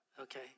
Okay